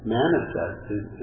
manifested